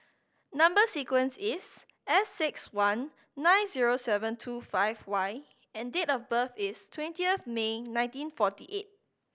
number sequence is S six one nine zero seven two five Y and date of birth is twentieth May nineteen forty eight